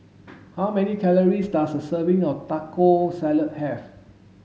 how many calories does a serving of Taco Salad have